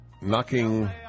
knocking